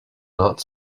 not